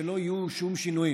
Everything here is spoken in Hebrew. שלא יהיו שום שינויים.